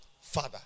father